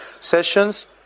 sessions